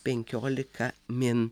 penkiolika min